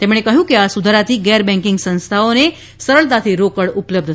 તેમણે કહ્યું કે આ સુધારાથી ગેર બેન્કિંગ સંસ્થાઓને સરળતાથી રોકડ ઉપલબ્ધ થશે